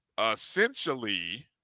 essentially